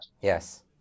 Yes